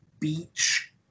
beach